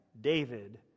David